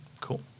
Cool